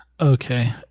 Okay